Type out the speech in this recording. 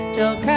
Till